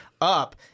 up—